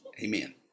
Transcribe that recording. Amen